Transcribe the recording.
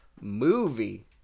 Movie